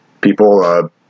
people